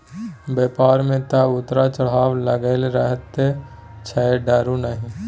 बेपार मे तँ उतार चढ़ाव लागलै रहैत छै डरु नहि